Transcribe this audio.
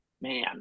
Man